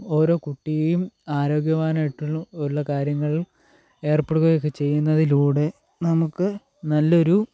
ഓരോ കുട്ടിയേയും ആരോഗ്യവാനായിട്ടുള്ള ഉള്ള കാര്യങ്ങളും ഏർപ്പെടുകയും ഒക്കെ ചെയ്യുന്നതിലൂടെ നമുക്ക് നല്ലൊരു